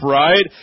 right